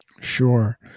Sure